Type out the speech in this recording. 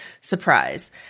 surprise